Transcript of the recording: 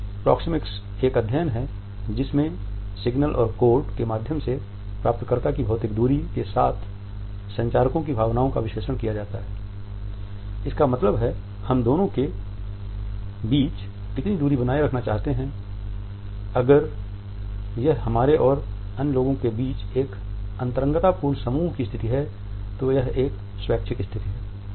proxemics एक अध्ययन है जिसमे सिग्नल और कोड के माध्यम से प्राप्त कर्ता की भौतिक दूरी के साथ संचारकों की भावनाओं का विश्लेषण किया जाता है इसका मतलब है हम दोनों के बीच कितनी दूरी बनाए रखना चाहते हैं अगर यह हमारे और अन्य लोगों के बीच एक अंतरंगतापूर्ण समूह की स्थिति है तो यह एक स्वैच्छिक स्थिति है